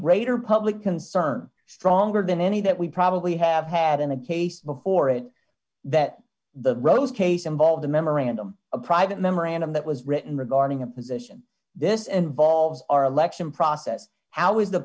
greater public concern stronger than any that we probably have had in a case before it that the rose case involved a memorandum a private memorandum that was written regarding a position this involves d our election process how is the